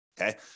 okay